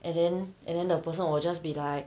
and then and then the person will just be like